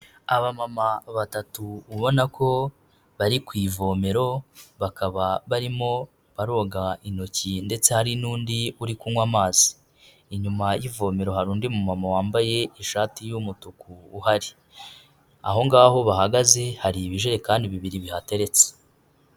Abamama batatu ubona ko bari ku ivomero, bakaba barimo baroga intoki ndetse hari n'undi uri kunywa amazi, inyuma y'ivomero hari undi mu mama wambaye ishati y'umutuku uhari, aho ngaho bahagaze hari ibijerekani bibiri bihateretse.